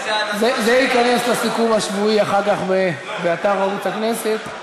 זה אחר כך ייכנס לסיכום השבועי באתר ערוץ הכנסת.